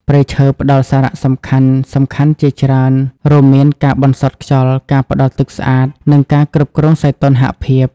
ព្រៃឈើផ្តល់សារៈសំខាន់ៗជាច្រើន រួមមានការបន្សុទ្ធខ្យល់ ការផ្តល់ទឹកស្អាត និងការគ្រប់គ្រងសីតុណ្ហភាព។